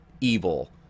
evil